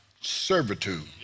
servitude